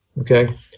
Okay